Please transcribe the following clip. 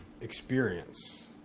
experience